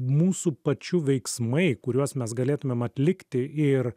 mūsų pačių veiksmai kuriuos mes galėtumėm atlikti ir